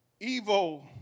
evil